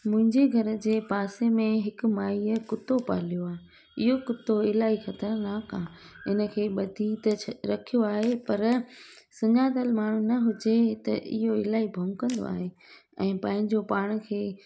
मुंहिंजे घर जे पासे में हिकु माईअ कुतो पालियो आहे इहो कुतो इलाही ख़तरनाकु आहे इनखे धीॿ त छ रखियो आहे पर सुञातल माण्हूं न हुजे त इहो इलाही भौंकदो आहे ऐं पंहिंजो पाण खे